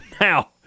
now